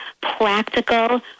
practical